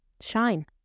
shine